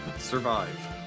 Survive